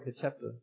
chapter